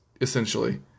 essentially